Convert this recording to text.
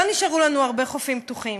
לא נשארו לנו הרבה חופים פתוחים.